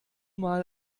mal